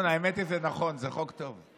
ינון, האמת היא שזה נכון, זה חוק טוב.